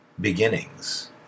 beginnings